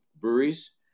breweries